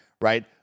right